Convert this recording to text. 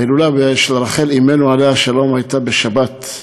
ההילולה של רחל אמנו, עליה השלום, הייתה בשבת,